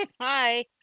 Hi